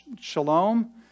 shalom